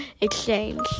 Exchange